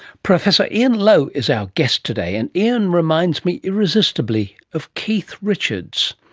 professor ian lowe is our guest today, and ian reminds me irresistibly of keith richards.